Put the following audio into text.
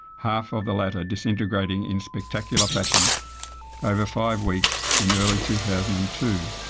half of the latter disintegrating in spectacular fashion over five weeks in early two thousand and two.